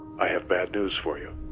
i have bad news for you.